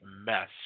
mess